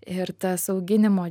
ir tas auginimo